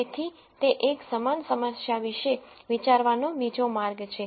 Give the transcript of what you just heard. તેથી તે એક સમાન સમસ્યા વિશે વિચારવાનો બીજો માર્ગ છે